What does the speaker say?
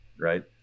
right